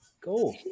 Go